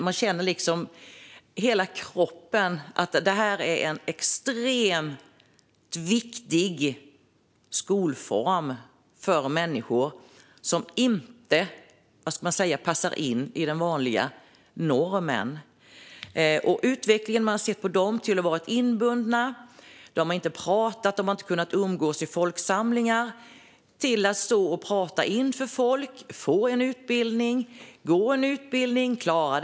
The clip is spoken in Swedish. Man känner i hela kroppen att det är en extremt viktig skolform för människor som inte passar in i den vanliga normen. Men ser utvecklingen hos dem. De har gått från att ha varit inbundna, inte pratat eller kunnat umgås i folksamlingar till att stå och prata inför människor, få en utbildning, gå en utbildning och klara den.